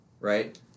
right